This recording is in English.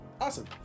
Awesome